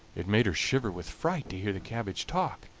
it made her shiver with fright to hear the cabbage talk,